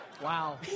Wow